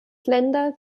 länder